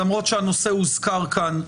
למרות שהנושא הוזכר כאן,